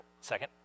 second